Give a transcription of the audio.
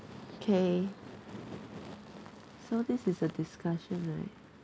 K so this is a discussion right